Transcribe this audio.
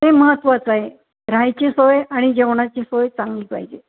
ते महत्त्वाचं आहे राहायची सोय आणि जेवणाची सोय चांगली पाहिजे